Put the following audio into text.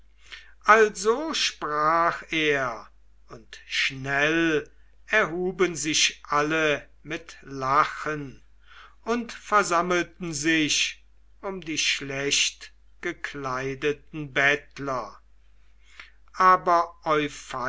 also sprach er und schnell erhuben sich alle mit lachen und versammelten sich um die schlechtgekleideten bettler aber